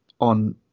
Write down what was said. on